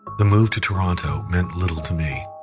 the move to toronto meant little to me.